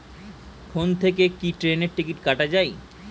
Phone থেকে কি ট্রেনের টিকিট কাটা য়ায়?